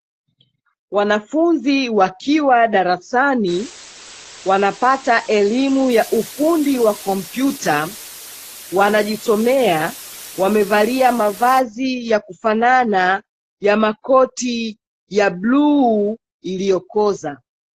Wanafunzi wakiwa darasani, wanapata elimu ya ufundi wa kompyuta wanajisomea, wamevalia mavazi yakufanana ya makoti ya bluu iliyokoza